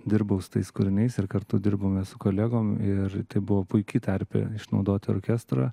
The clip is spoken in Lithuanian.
dirbau su tais kūriniais ir kartu dirbome su kolegom ir tai buvo puiki terpė išnaudoti orkestrą